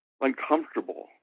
uncomfortable